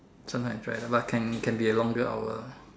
this one is right but can can be a longer hour